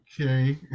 okay